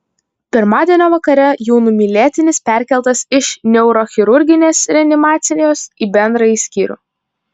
pirmadienio vakare jų numylėtinis perkeltas iš neurochirurginės reanimacijos į bendrąjį skyrių